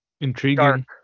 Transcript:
intriguing